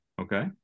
Okay